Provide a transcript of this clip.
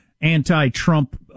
anti-Trump